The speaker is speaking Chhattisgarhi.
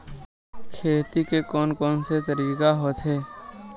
खेती के कोन कोन से तरीका होथे?